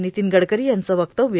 नितीन गडकरी यांचं वक्तव्य